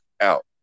out